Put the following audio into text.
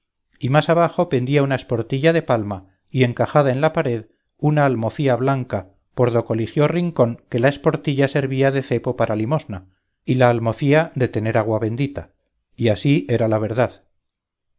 y más abajo pendía una esportilla de palma y encajada en la pared una almofía blanca por do coligió rincón que la esportilla servía de cepo para limosna y la almofía de tener agua bendita y así era la verdad